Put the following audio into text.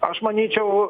aš manyčiau